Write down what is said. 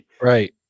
Right